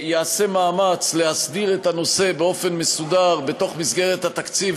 ייעשה מאמץ להסדיר את הנושא באופן מסודר בתוך מסגרת התקציב,